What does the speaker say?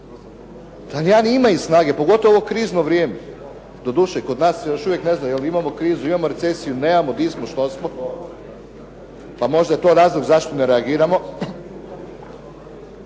Talijani imaju snage, pogotovo u ovo krizno vrijeme. Doduše, kod nas se još uvijek ne zna jel' imamo krizu, imamo recesiju, nemamo, di smo, što smo, pa možda je to razlog zašto ne reagiramo.